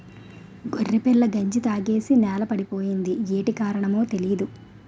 గొర్రెపిల్ల గంజి తాగేసి నేలపడిపోయింది యేటి కారణమో తెలీదు